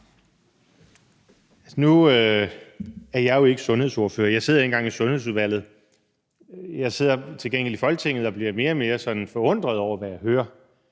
Nu er jeg jo ikke sundhedsordfører. Jeg sidder ikke engang i Sundhedsudvalget. Jeg sidder til gengæld i Folketinget og bliver mere og mere sådan forundret over, hvad jeg hører.